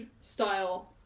style